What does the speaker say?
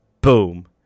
boom